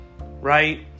right